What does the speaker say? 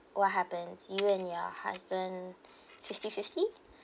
what happens you and your husband fifty fifty